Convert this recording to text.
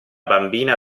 bambina